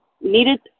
needed